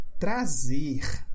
Trazer